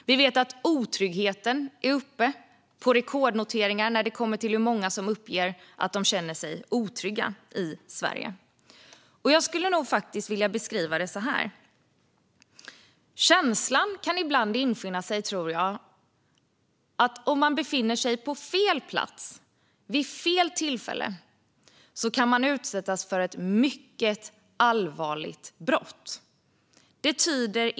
Vi vet att otryggheten i Sverige är rekordhög. Jag skulle vilja beskriva det så här: Jag tror att känslan ibland kan infinna sig att om man befinner sig på fel plats vid fel tillfälle kan man utsättas för ett mycket allvarligt brott.